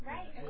Right